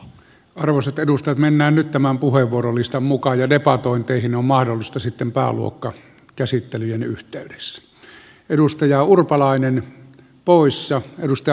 arvoisat edustajat mennään nyt tämän puheenvuorolistan mukaan ja debatointeihin on mahdollisuus sitten pääluokkakäsittelyjen yhteydessä